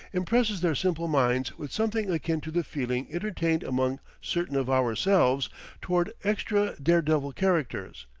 impresses their simple minds with something akin to the feeling entertained among certain of ourselves toward extra dare-devil characters,